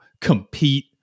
compete